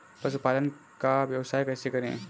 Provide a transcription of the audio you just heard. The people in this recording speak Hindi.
पशुपालन का व्यवसाय कैसे करें?